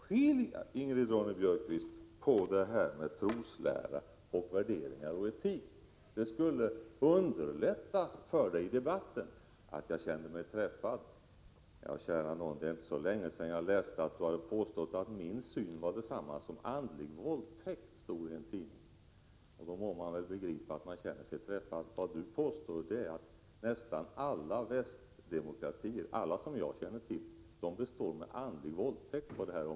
Skilj mellan troslära och värderingar och etik! Det skulle underlätta för Ingrid Ronne-Björkqvist i debatten. Att jag kände mig träffad är inte så konstigt, kära någon. Det är inte så länge sedan jag läste i en tidning att Ingrid Ronne-Björkqvist hade påstått att min syn var detsamma som andlig våldtäkt. Då må det vara begripligt att man känner sig träffad. Vad Ingrid Ronne-Björkqvist påstår är att alla västdemokratier — alla som jag känner till — består med andlig våldtäkt på detta område.